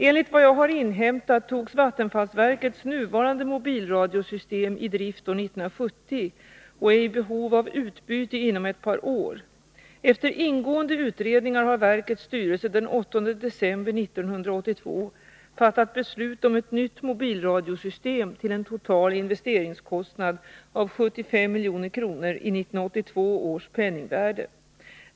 Enligt vad jag har inhämtat togs vattenfallsverkets nuvarande mobilradiosystem i drift år 1970 och är i behov av utbyte inom ett par år. Efter ingående utredningar har verkets styrelse den 8 december 1982 fattat beslut om ett nytt mobilradiosystem till en total investeringskostnad av 75 milj.kr. i 1982 års penningvärde.